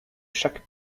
chaque